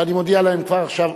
ואני מודיע להם כבר עכשיו,